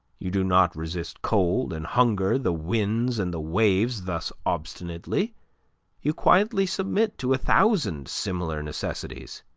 you do not resist cold and hunger, the winds and the waves, thus obstinately you quietly submit to a thousand similar necessities.